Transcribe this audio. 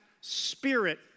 spirit